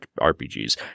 RPGs